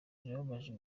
birababaje